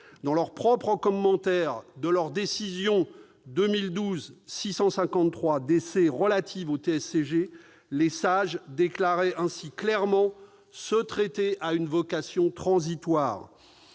Dans le propre commentaire de leur décision 2012-653 DC relative au TSCG, les Sages déclaraient ainsi clairement :« Ce traité a une vocation transitoire.